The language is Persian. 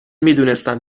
میدونستم